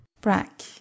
Brack